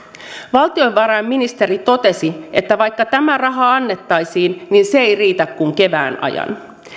valtiovarainministeri totesi että vaikka tämä raha annettaisiin niin se ei riitä kuin kevään ajan